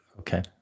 Okay